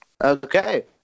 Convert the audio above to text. Okay